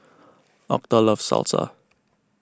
Octa loves Salsa